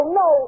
no